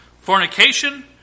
fornication